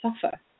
suffer